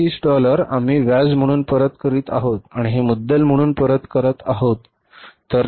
हे 1530 डॉलर आम्ही व्याज म्हणून परत करीत आहोत आणि हे मुद्दल म्हणून परत करत आहोत